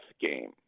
game